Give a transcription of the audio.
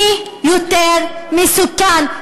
מי יותר מסוכן?